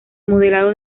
modelado